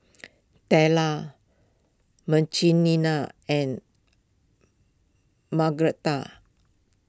Tella Marcelina and Margretta